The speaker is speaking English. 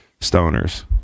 Stoners